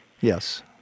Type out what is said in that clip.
Yes